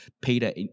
Peter